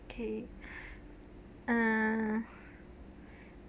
okay uh